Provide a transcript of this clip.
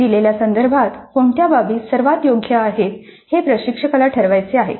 दिलेल्या संदर्भात कोणत्या बाबी सर्वात योग्य आहेत हे प्रशिक्षकाला ठरवायचे आहे